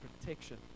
protection